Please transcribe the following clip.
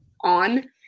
on